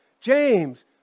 James